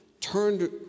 turned